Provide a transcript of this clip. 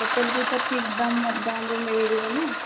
hotel ବି ତ ଠିକ୍ ଦାମରେ ମିଳିଯିବ ନା